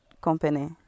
company